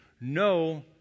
no